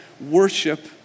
worship